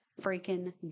freaking